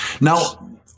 Now